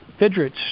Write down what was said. Fidrich